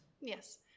Yes